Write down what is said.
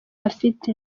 afite